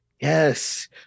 Yes